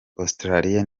australia